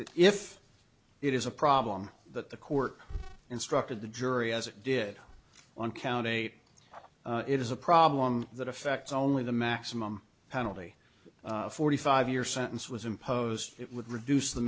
if it is a problem that the court instructed the jury as it did on count eight it is a problem that affects only the maximum penalty forty five year sentence was imposed it would reduce the